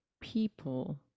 people